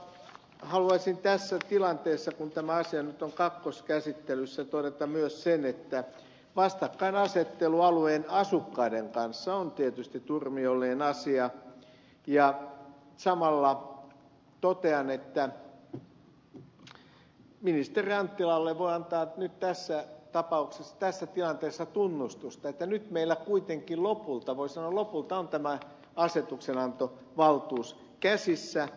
mutta haluaisin tässä tilanteessa kun tämä asia nyt on kakkoskäsittelyssä todeta myös sen että vastakkainasettelu alueen asukkaiden kanssa on tietysti turmiollinen asia ja samalla totean että ministeri anttilalle voi antaa nyt tässä tapauksessa tässä tilanteessa tunnustusta että nyt meillä kuitenkin lopulta voi sanoa lopulta on tämä asetuksen antovaltuus käsissä